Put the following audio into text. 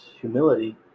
humility